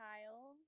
Kyle